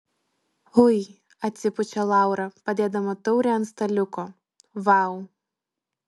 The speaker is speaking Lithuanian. ui atsipučia laura padėdama taurę ant staliuko vau